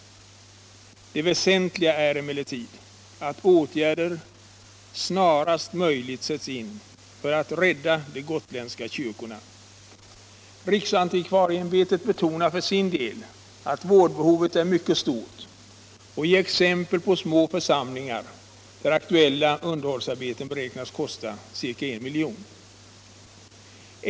Det väsentliga är emellertid att åtgärder snarast möjligt sätts in för att rädda de gotländska kyrkorna. Riksantikvarieämbetet betonar för sin del att vårdbehovet är mycket stort och ger exempel på små församlingar där aktuella underhållsarbeten beräknas kosta ca 1 milj.kr.